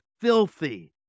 filthy